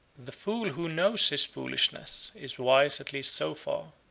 the fool who knows his foolishness, is wise at least so far.